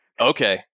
Okay